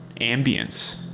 ambience